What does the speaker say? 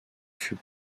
fut